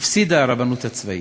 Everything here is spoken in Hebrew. הפסידה הרבנות הצבאית.